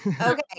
okay